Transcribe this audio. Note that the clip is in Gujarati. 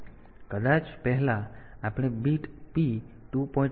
તેથી કદાચ પહેલા આપણે બીટ P2